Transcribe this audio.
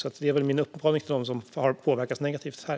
Det är väl min uppmaning till dem som har påverkats negativt här.